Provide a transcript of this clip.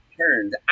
turned